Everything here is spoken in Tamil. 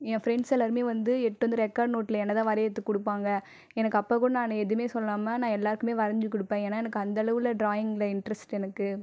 என் ஃப்ரண்ட்ஸ் எல்லோருமே வந்து எடுதந்து ரெக்கார்ட் நோட்டில் என்னை தான் வரையத்துக் கொடுப்பாங்கள் எனக்கு அப்போ கூட நான் எதுவுமே சொல்லாமல் நான் எல்லோருக்குமே வரஞ்சு கொடுப்ப ஏன்னா எனக்கு அந்த அளவுள ட்ராயிங்கில் இன்ட்ரெஸ்ட் எனக்கு